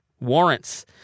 warrants